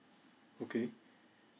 okay